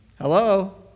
Hello